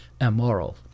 immoral